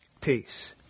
peace